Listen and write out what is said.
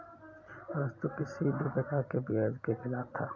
अरस्तु किसी भी प्रकार के ब्याज के खिलाफ था